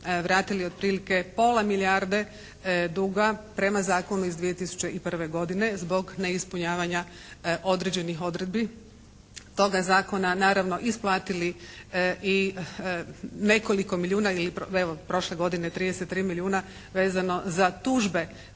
vratili otprilike pola milijarde duga prema zakonu iz 2001. godine, zbog neispunjavanja određenih odredbi toga zakona. Naravno, isplatili i nekoliko milijuna ili evo, prošle godine 33 milijuna vezano za tužbe